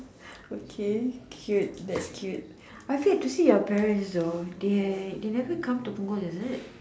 okay cute thats cute I have yet to see your parents though they they never come to Punggol is it